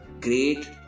great